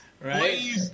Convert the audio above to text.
Right